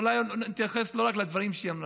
אולי אני אתייחס לא רק לדברים שהיא אמרה: